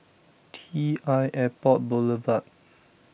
T l Airport Boulevard